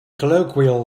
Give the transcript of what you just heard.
colloquial